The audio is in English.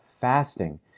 fasting